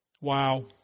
Wow